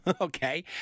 okay